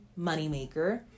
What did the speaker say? moneymaker